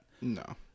No